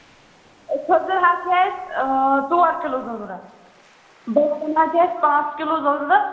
کھٔزٕر حظ چھِ اَسہِ ژور کِلوٗ ضٔروٗرت حظ چھِ اَسہِ پانٛژھ کِلوٗ ضٔروٗرت